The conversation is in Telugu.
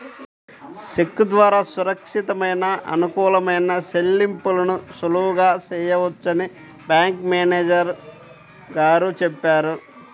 చెక్కు ద్వారా సురక్షితమైన, అనుకూలమైన చెల్లింపులను సులువుగా చేయవచ్చని బ్యాంకు మేనేజరు గారు చెప్పారు